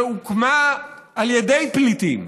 שהוקמה על ידי פליטים,